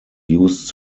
used